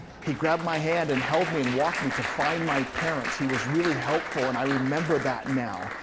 he grabbed my hand and held me, and walked me to find my parents. he was really helpful and i remember that now.